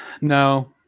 no